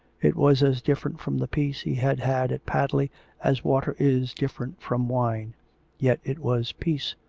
it was as different from the peace he had had at padley as water is different from wine yet it was peace,